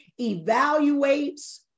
evaluates